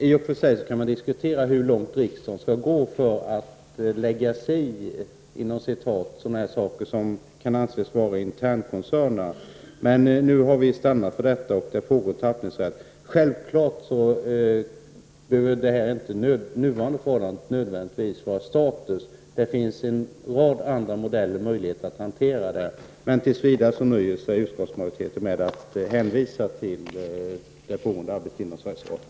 I och för sig kan diskuteras hur mycket riksdagen skall ”lägga sig i” sådana saker som kan anses vara interna för koncernen, men vi har nu stannat för detta. Självfallet behöver det nuvarande förhållandet inte nödvändigtvis vara statiskt, utan det finns en rad andra modeller och möjligheter. Tills vidare nöjer sig utskottsmajoriteten ändå med att hänvisa till det pågående arbetet inom Sveriges Radio.